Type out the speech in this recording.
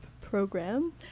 Program